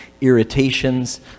irritations